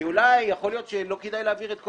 כי יכול להיות שלא כדאי להעביר את כל